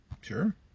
Sure